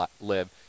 live